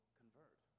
convert